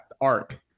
arc